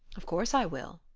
of course i will,